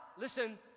listen